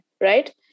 right